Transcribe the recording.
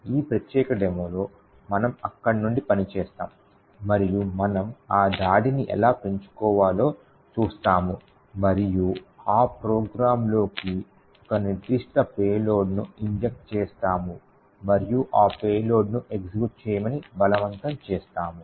ఈ ప్రత్యేక డెమో లో మనము అక్కడ నుండి పని చేస్తాము మరియు మనము ఆ దాడిని ఎలా పెంచుకోవాలో చూస్తాము మరియు ఆ ప్రోగ్రామ్లోకి ఒక నిర్దిష్ట పేలోడ్ను ఇంజెక్ట్ చేస్తాము మరియు ఆ పేలోడ్ను ఎగ్జిక్యూట్ చేయమని బలవంతం చేస్తాము